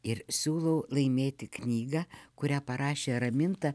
ir siūlau laimėti knygą kurią parašė raminta